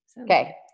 Okay